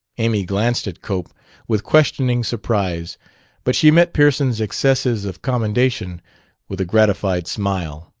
amy glanced at cope with questioning surprise but she met pearson's excesses of commendation with a gratified smile.